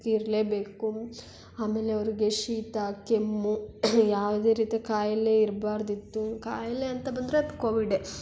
ಇರಲೇಬೇಕು ಆಮೇಲೆ ಅವ್ರಿಗೆ ಶೀತ ಕೆಮ್ಮು ಯಾವುದೇ ರೀತಿಯ ಕಾಯಿಲೆ ಇರಬಾರ್ದಿತ್ತು ಕಾಯಿಲೆ ಅಂತ ಬಂದರೆ ಅದು ಕೋವಿಡ್ಡೇ